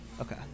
Okay